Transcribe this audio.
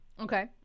Okay